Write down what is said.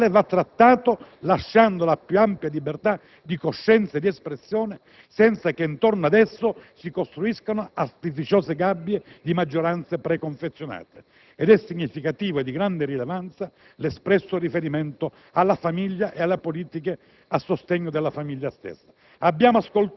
che come tale va trattato, lasciando la più ampia libertà di coscienza ed espressione, senza che intorno ad esso si costruiscano artificiose gabbie di maggioranza preconfezionate. Ed è significativo e di grande rilevanza l'espresso riferimento alla famiglia e alle politiche a sostegno della stessa.